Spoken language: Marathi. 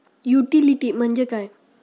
युटिलिटी म्हणजे काय?